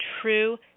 true